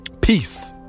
peace